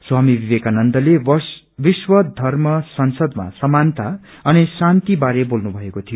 स्वामी विवेकानन्दले विश्व धर्म संसदमा सामानता अनि शान्ति बारे बोल्नु भएको थियो